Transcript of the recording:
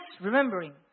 remembering